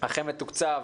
החמ"ד תוקצב